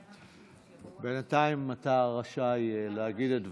בינתיים, אתה רשאי להגיד את דבריך.